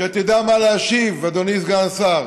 שתדע מה להשיב, אדוני סגן השר.